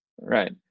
right